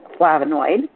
flavonoid